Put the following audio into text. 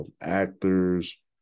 actors